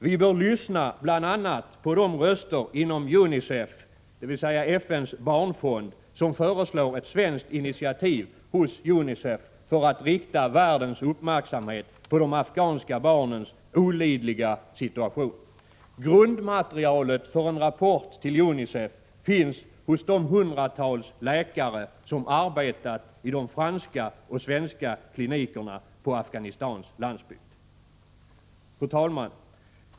Vi bör lyssna på bl.a. de röster inom UNICEF, FN:s barnfond, som föreslår ett svenskt initiativ hos UNICEF för att rikta världens uppmärksamhet på de afghanska barnens olidliga situation. Grundmaterialet för en rapport till UNICEF finns hos de hundratals läkare som arbetat i de franska och svenska klinikerna på Afghanistans landsbygd. Fru talman!